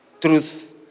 truth